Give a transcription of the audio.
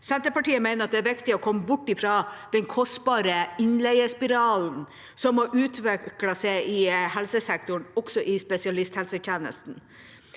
Senterpartiet mener det er viktig å komme bort fra den kostbare innleiespiralen som har utviklet seg i helsesektoren, også i spesialisthelsetjenesten.